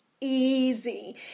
easy